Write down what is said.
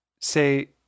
say